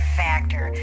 factor